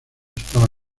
estaba